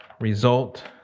result